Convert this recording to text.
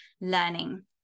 learning